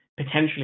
Potentially